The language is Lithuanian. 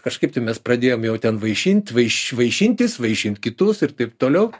kažkaip tai mes pradėjom jau ten vaišint vaišintis vaišint kitus ir taip toliau